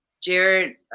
Jared